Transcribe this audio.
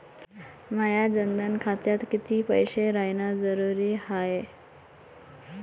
माया जनधन खात्यात कितीक पैसे रायन जरुरी हाय?